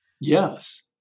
Yes